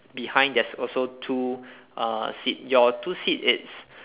behind there's also two uh seat your two seat it's